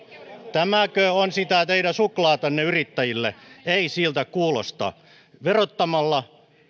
tämäkö on sitä teidän suklaatanne yrittäjille ei siltä kuulosta verottamalla